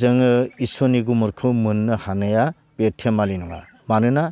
जोङो इसोरनि गुमुरखौ मोननो हानाया बे धेमालि नङा मानोना